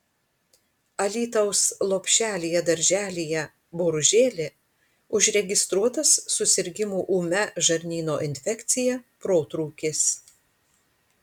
alytaus lopšelyje darželyje boružėlė užregistruotas susirgimų ūmia žarnyno infekcija protrūkis